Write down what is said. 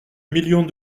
millions